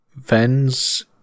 Vens